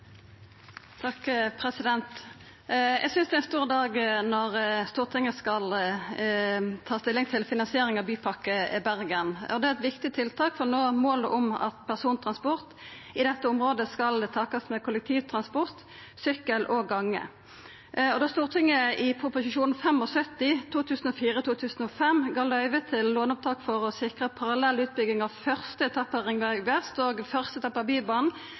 Eg synest det er ein stor dag når Stortinget skal ta stilling til finansiering av Bypakke Bergen. Det er eit viktig tiltak for å nå målet om at persontransport i dette området skal takast med kollektivtransport, sykkel og gonge. Da Stortinget i St.prp. nr. 75 for 2004–2005 gav løyve til låneopptak for å sikra parallell utbygging av første etappe Ringveg vest og første etappe av Bybanen,